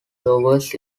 blowers